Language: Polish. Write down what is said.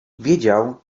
wiedział